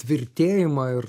tvirtėjimą ir